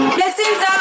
Blessings